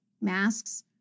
masks